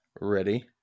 ready